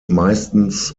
meistens